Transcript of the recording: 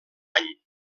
any